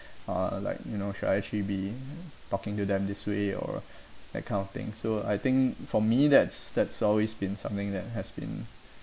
uh like you know should I actually be talking to them this way or that kind of thing so I think for me that's that's always been something that has been